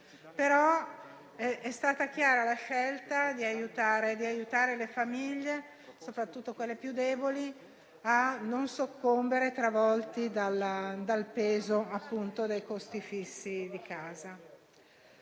però è stata chiara la scelta di aiutare le famiglie, soprattutto quelle più deboli, a non soccombere travolte dal peso dei costi fissi di casa.